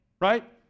right